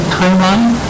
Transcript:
timeline